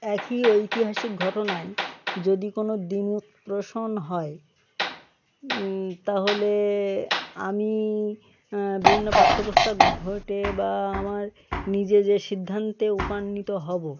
একই ঐতিহাসিক ঘটনায় যদি কোনও দিন প্রশ্ন হয় তাহলে আমি বিভিন্ন পাঠ্য পুস্তক ঘেঁটে বা আমার নিজে যে সিদ্ধান্তে উপনীত হবো